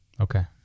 Okay